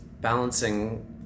balancing